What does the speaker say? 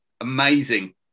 amazing